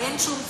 ואין שום צורך.